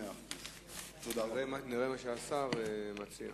נראה מה השר מציע.